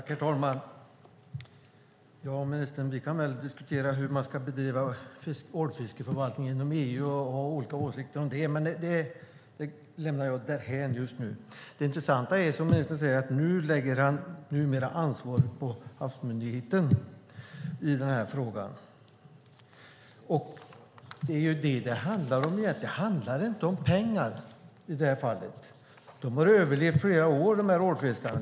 Herr talman! Vi kan diskutera hur man ska bedriva fiskevårdsförvaltning inom EU, ministern, och ha olika åsikter om det, men det lämnar jag därhän just nu. Det intressanta som ministern säger är att han numera lägger ansvaret på Havsmyndigheten i den här frågan. Det är ju det som det egentligen handlar om. Det handlar inte om pengar i det här fallet. De här ålfiskarna har överlevt i flera år.